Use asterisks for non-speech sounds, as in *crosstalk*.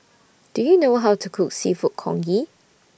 *noise* Do YOU know How to Cook Seafood Congee